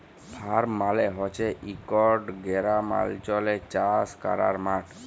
farm মালে হছে ইকট গেরামাল্চলে চাষ ক্যরার মাঠ